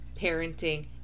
parenting